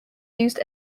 used